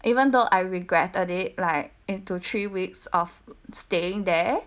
even though I regretted it like into three weeks of staying there